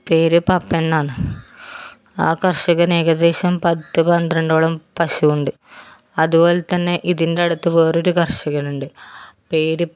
പേര് പപ്പൻ എന്നാന്ന് ആ കർഷകൻ ഏകദേശം പത്ത് പന്ത്രണ്ടോളം പശു ഉണ്ട് അതുപോലെതന്നെ ഇതിൻ്റടുത്ത് വേറൊരു കർഷകനുണ്ട് പേര്